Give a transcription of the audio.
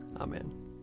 Amen